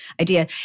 idea